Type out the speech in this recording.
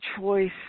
choice